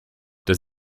does